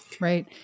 Right